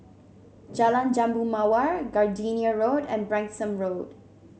Jalan Jambu Mawar Gardenia Road and Branksome Road